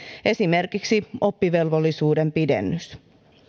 esimerkiksi oppivelvollisuuden pidennys